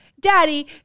daddy